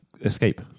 escape